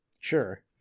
Sure